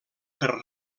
per